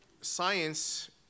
science